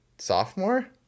sophomore